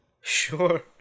Sure